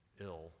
ill